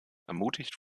ermutigt